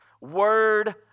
word